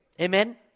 Amen